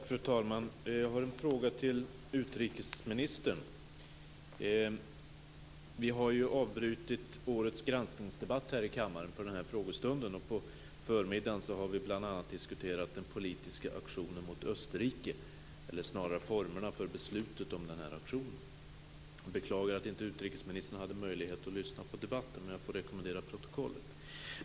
Fru talman! Jag har en fråga till utrikesministern. Vi har ju avbrutit årets granskningsdebatt här i kammaren för den här frågestunden. På förmiddagen har vi bl.a. diskuterat den politiska aktionen mot Österrike, eller snarare formerna för beslutet om den här aktionen. Jag beklagar att inte utrikesministern hade möjlighet att lyssna på den debatten men jag får rekommendera protokollet.